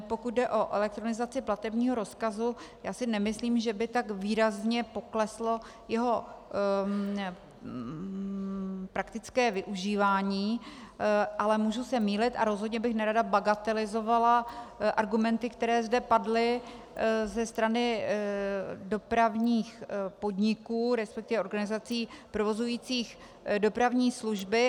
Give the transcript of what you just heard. Pokud jde o elektronizaci platebního rozkazu, já si nemyslím, že by tak výrazně pokleslo jeho praktické využívání, ale můžu se mýlit, a rozhodně bych nerada bagatelizovala argumenty, které zde padly ze strany dopravních podniků, respektive organizací provozujících dopravní služby.